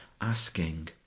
asking